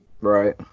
Right